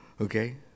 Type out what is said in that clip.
Okay